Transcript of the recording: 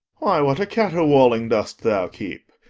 why, what a caterwauling dost thou keep!